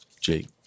Jake